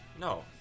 No